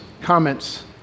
comments